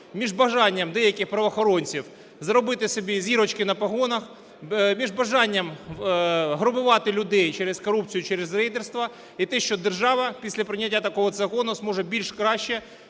між бажанням деяких правоохоронців зробити собі зірочки на погонах, між бажанням грабувати людей через корупцію, через рейдерство і те, що держава після прийняття такого закону зможе більш краще